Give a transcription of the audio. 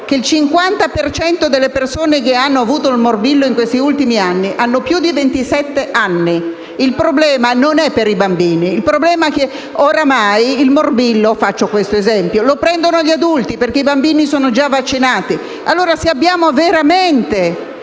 cento delle persone che hanno avuto il morbillo in questi ultimi anni ha più di ventisette anni. Il problema non è per i bambini. Il problema è che oramai il morbillo - faccio questo esempio - lo prendono gli adulti perché i bambini sono già vaccinati. Allora, se abbiamo veramente